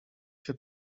się